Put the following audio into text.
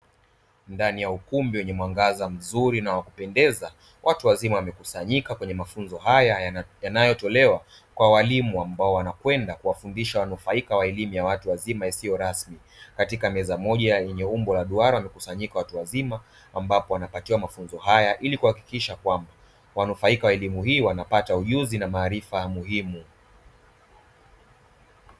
Ndani ya ukumbi wenye mwangaza mzuri na wakupendeza watu wazima wamekusanyika kwenye mafunzo haya yanayotolewa kwa walimu ambao wanakwenda kuwafundisha wanufaika wa elimu ya watu wazima isiyo rasmi. Katika meza moja yenye umbo la duara wamekusanyika watu wazima ambapo wanapatiwa mafunzo haya ili kuhakikisha kwamba wanufaika wa elimu hii wanapata ujuzi na maarifa muhimu.